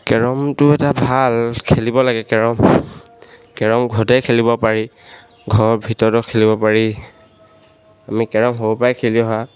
কেৰমটো এটা ভাল খেলিব লাগে কেৰম কেৰম ঘৰতেই খেলিব পাৰি ঘৰৰ ভিতৰতো খেলিব পাৰি আমি কেৰম সৰুৰপৰাই খেলি অহা